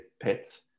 pets